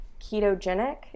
ketogenic